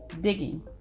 digging